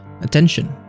attention